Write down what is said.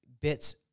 bits